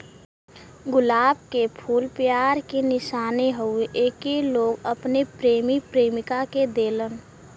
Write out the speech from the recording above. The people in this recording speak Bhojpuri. गुलाब के फूल प्यार के निशानी हउवे एके लोग अपने प्रेमी प्रेमिका के देलन